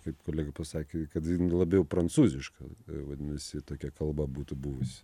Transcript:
kaip kolega pasakė kad labiau prancūziška vadinasi tokia kalba būtų buvusi